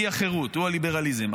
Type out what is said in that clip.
היא החירות, הוא הליברליזם.